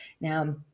Now